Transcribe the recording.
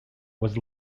was